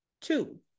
Two